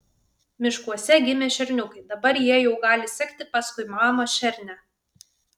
miškuose gimė šerniukai dabar jie jau gali sekti paskui mamą šernę